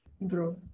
bro